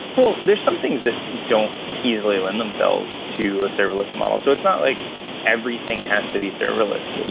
well, there are some things that don't easily lend themselves to a serverless model. so it's it's not like everything has to be serverless. and